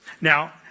Now